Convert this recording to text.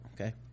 okay